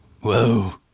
Whoa